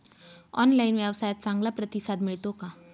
Online व्यवसायात चांगला प्रतिसाद मिळतो का?